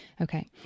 okay